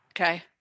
Okay